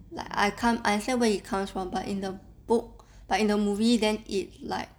like I ca~ I understand where he comes from but in the book but in the movie then it like